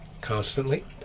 constantly